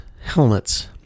helmets